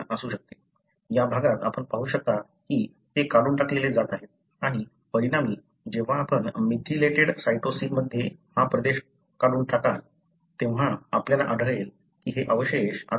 या भागात आपण पाहू शकता की ते काढून टाकले जात आहे आणि परिणामी जेव्हा आपण मिथिलेटेड सायटोसिनमध्ये हा प्रदेश काढून टाकाल तेव्हा आपल्याला आढळेल की हे अवशेष आता थायमिन बनते